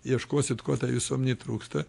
ieškosit ko tai visuomenei trūksta